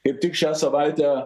kaip tik šią savaitę